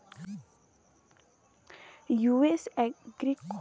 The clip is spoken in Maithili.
यु.एस एग्री कॉटन सीड केँ काँटनक नीक बीया बुझल जा सकै छै